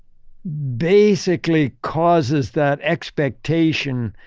basically causes that expectation,